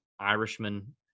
Irishman